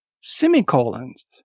Semicolons